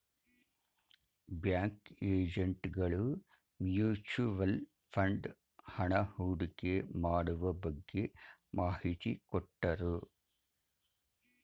bank agent ಗಳು mutual fund ಹಣ ಹೂಡಿಕೆ ಮಾಡುವ ಬಗ್ಗೆ ಮಾಹಿತಿ ಕೊಟ್ಟರು